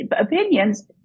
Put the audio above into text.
opinions